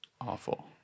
Awful